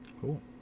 cool